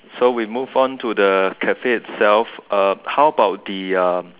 so we move on to the cafe itself uh how about the um